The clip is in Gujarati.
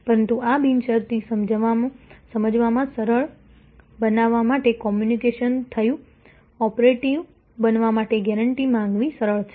પરંતુ આ બિનશરતી સમજવામાં સરળ બનાવવા માટે કોમ્યુનિકેશન થયું ઓપરેટિવ બનવા માટે ગેરંટી માંગવી સરળ છે